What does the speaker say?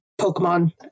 Pokemon